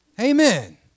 Amen